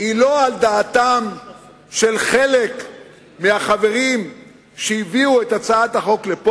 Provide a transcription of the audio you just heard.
היא לא על דעתם של חלק מהחברים שהביאו את הצעת החוק הנה.